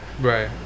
right